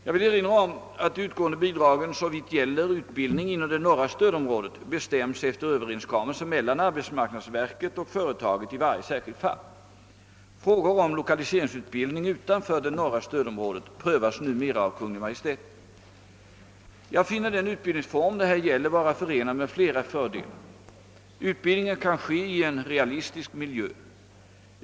Jag vill erinra om att de utgående bidragen såvitt gäller utbildning inom det norra stödområdet bestäms efter överenskommelse mellan arbetsmarknads verket och företaget i varje särskilt fall. Frågor om lokaliseringsutbildning utanför det norra stödområdet prövas numera av Kungl. Maj:t. Jag finner den utbildningsform det här gäller vara förenad med flera fördelar. Utbildningen kan ske i en realistisk miljö.